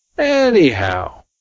Anyhow